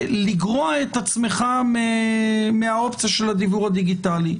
לגרוע את עצמך מהאופציה של הדיוור הדיגיטלי.